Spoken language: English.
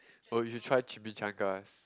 oh you should try chimichangas